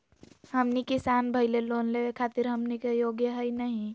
हमनी किसान भईल, लोन लेवे खातीर हमनी के योग्य हई नहीं?